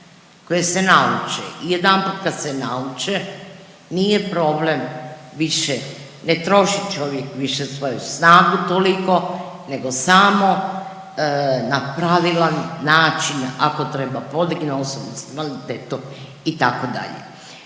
koje se nauče i jedanput kad se nauče nije problem više, ne troši čovjek više svoju snagu toliko nego samo na pravilan način, ako treba, podigne osobu s invaliditetom, itd.